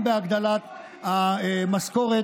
גם בהגדלת המשכורת,